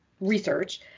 research